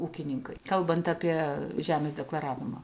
ūkininkai kalbant apie žemės deklaravimą